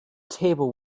table